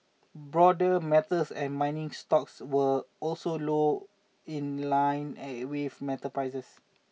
broader metals and mining stocks were also lower in line with metal prices